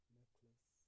necklace